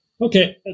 Okay